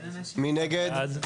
הצבעה בעד,